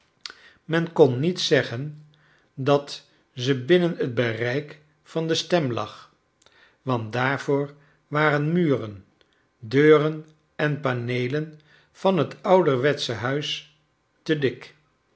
men kon niet zeggen dat ze binnen het bereik van de stem lag want daarvoor waren muren deuren en paneelen van het ouderwetsche huis te dik